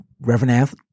Reverend